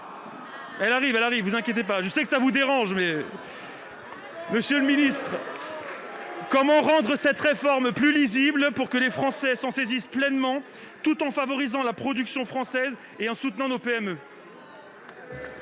le ministre Elle arrive ! Je sais que cela vous dérange ! Monsieur le ministre, comment rendre cette réforme plus lisible pour que les Français s'en saisissent pleinement tout en favorisant la production française et en soutenant nos PME ?